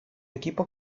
equipo